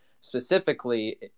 specifically